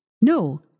No